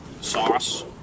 sauce